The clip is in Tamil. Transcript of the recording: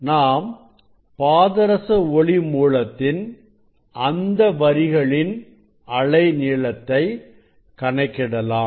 நாம் பாதரச ஒளி மூலத்தின் அந்த வரிகளின் அலை நீளத்தை கணக்கிடலாம்